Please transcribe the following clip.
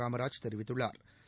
காமராஜ் தெரிவித்துள்ளாா்